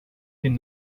den